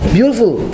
Beautiful